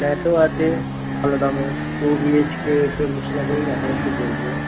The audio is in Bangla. ফ্ল্যাটও আছে ভালো দামে টু বিএইচকে চল্লিশ লাখের কাছাকাছি পড়বে